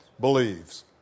believes